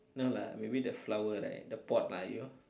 no lah maybe the flower right the pot lah you